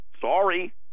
Sorry